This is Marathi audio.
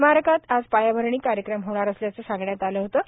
स्मारकात आज पायाभरणी कार्यक्रम होणार असल्याचं सांगण्यात आलं होतं